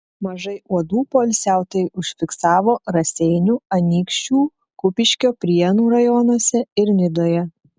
mažai uodų poilsiautojai užfiksavo raseinių anykščių kupiškio prienų rajonuose ir nidoje